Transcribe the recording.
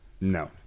No